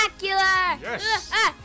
Yes